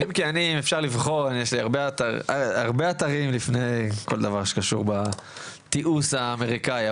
יש לי הרבה אתרים לפני כל דבר שקשור בתיעוש האמריקאי,